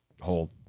whole